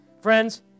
Friends